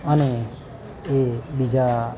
અને એ બીજા